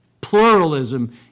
pluralism